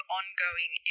ongoing